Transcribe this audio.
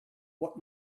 what